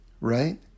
right